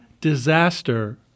disaster